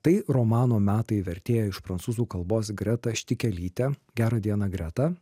tai romano metai vertėja iš prancūzų kalbos greta štikelytė gerą dieną greta